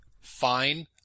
fine